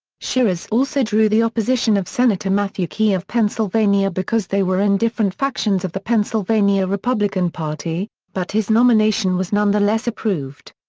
shiras also drew the opposition of senator matthew quay of pennsylvania because they were in different factions of the pennsylvania republican party, but his nomination was nonetheless approved.